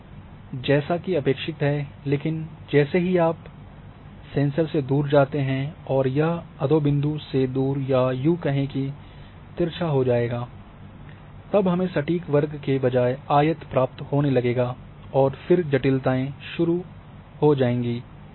और जैसे की अपेक्षित है लेकिन जैसे ही आप सेंसर से दूर जाते हैं और यह अधोबिन्दु से दूर या यूँ कहे की तिरछा हो जाएगा तब हमें सटीक वर्ग के बजाय आयत प्राप्त होने लगेगा और फिर जटिलता आनी शुरू हो जाएगी